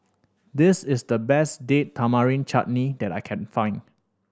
this is the best Date Tamarind Chutney that I can find